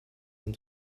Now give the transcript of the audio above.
een